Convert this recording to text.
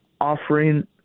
offering